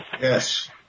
Yes